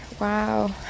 wow